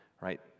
right